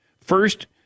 First